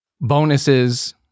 bonuses